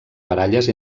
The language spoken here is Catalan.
baralles